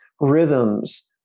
rhythms